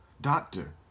doctor